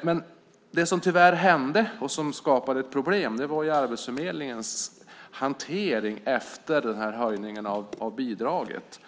Men det som tyvärr hände och som skapade ett problem var Arbetsförmedlingens hantering efter höjningen av bidraget.